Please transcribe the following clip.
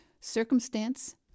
Circumstance